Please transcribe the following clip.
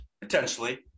Potentially